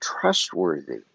trustworthy